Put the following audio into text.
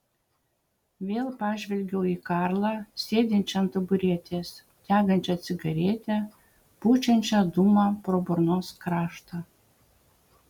vėl pažvelgiau į karlą sėdinčią ant taburetės degančią cigaretę pučiančią dūmą pro burnos kraštą